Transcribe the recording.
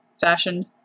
fashion